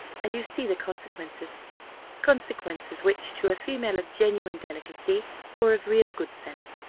and you see the consequences consequences which, to a female of genuine delicacy or of real good sense,